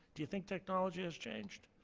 do you think technology has changed,